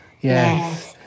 Yes